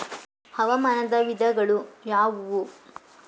ಹವಾಮಾನದ ವಿಧಗಳು ಯಾವುವು?